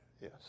yes